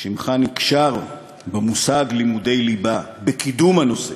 שמך נקשר במושג לימודי ליבה, בקידום הנושא,